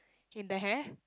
in the hair